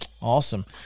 Awesome